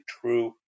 true